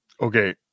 Okay